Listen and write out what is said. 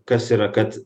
kas yra kad